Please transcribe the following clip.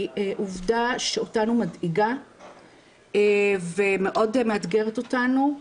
עובדה שאותנו מדאיגה ומאוד מאתגרת אותנו,